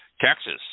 Texas